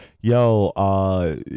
yo